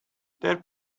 their